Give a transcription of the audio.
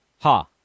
Ha